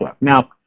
Now